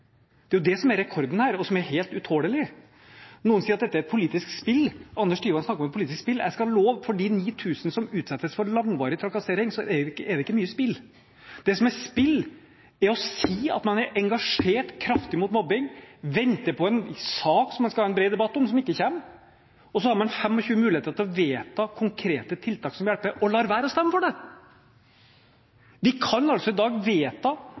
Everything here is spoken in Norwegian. Det er det som er rekorden her, og som er helt utålelig. Noen sier at dette er et politisk spill – Anders Tyvand snakker om et politisk spill. Jeg skal love at for de 9 000 som utsettes for langvarig trakassering, er det ikke mye spill. Det som er spill, er å si at man er kraftig engasjert mot mobbing og venter på en sak som man skal ha en bred debatt om, men som ikke kommer. Så har man 25 muligheter til å vedta konkrete tiltak som hjelper – og lar være å stemme for det. Vi kan altså i dag vedta